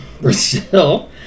Brazil